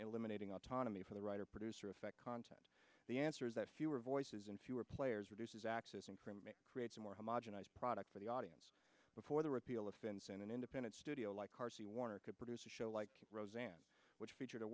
eliminating autonomy for the writer producer affect content the answer is that fewer voices and fewer players reduces access and creates a more homogenized product for the audience before the repeal of fans and an independent studio like r c warner could produce a show like roseanne which featured a